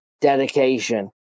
Dedication